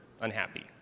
unhappy